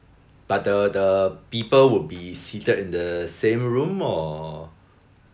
but the the people would be seated in the same room or